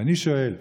ואני שואל: